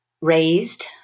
raised